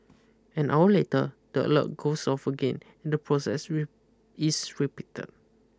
an hour later the alert goes off again and the process is repeated